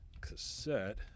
cassette